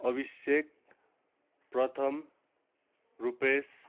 Abhishek Pratham Rupesh